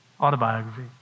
Autobiography